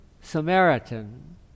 Samaritan